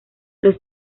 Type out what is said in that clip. los